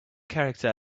character